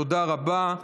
תודה רבה.